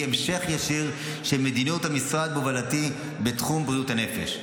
היא המשך ישיר של מדיניות המשרד בהובלתי בתחום בריאות הנפש.